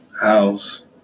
House